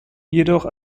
jedoch